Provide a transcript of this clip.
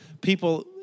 people